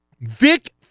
Vic